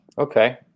Okay